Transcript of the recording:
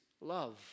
love